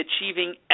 achieving